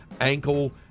ankle